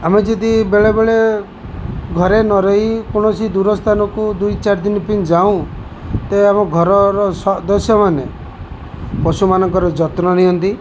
ଆମେ ଯଦି ବେଳେବେଳେ ଘରେ ନ ରହି କୌଣସି ଦୂର ସ୍ଥାନକୁ ଦୁଇ ଚାରି ଦିନ ପାଇଁ ଯାଉ ତ ଆମ ଘରର ସଦସ୍ୟମାନେ ପଶୁମାନଙ୍କର ଯତ୍ନ ନିଅନ୍ତି